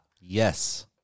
Yes